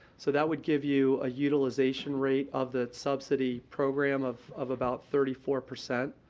so that would give you a utilization rate of the subsidy program of of about thirty four percent.